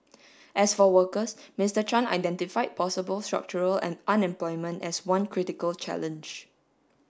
as for workers Mister Chan identify possible structural unemployment as one critical challenge